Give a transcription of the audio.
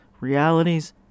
realities